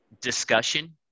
discussion